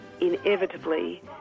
inevitably